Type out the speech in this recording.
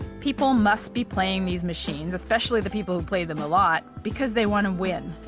people must be playing these machines especially the people who play them a lot because they want to win.